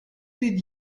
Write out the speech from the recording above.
did